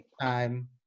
Time